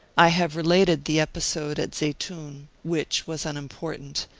i have related the episode at zeitoun, which was unimportant,